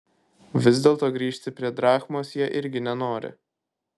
vis dėlto grįžti prie drachmos jie irgi nenori